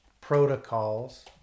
protocols